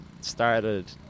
started